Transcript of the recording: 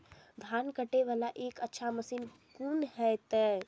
धान कटे वाला एक अच्छा मशीन कोन है ते?